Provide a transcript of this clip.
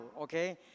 okay